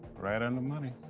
right on the money.